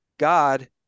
God